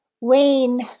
Wayne